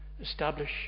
establish